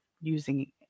using